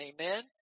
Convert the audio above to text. amen